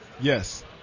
yes